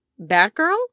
Batgirl